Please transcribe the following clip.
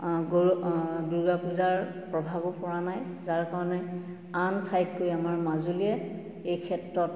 দুৰ্গা পূজাৰ প্ৰভাৱো পৰা নাই যাৰ কাৰণে আন ঠাইতকৈ আমাৰ মাজুলীয়ে এই ক্ষেত্ৰত